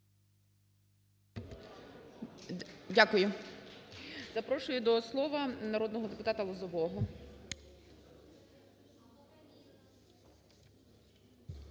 Дякую. Запрошу до слова народного депутата Лозового.